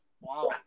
wow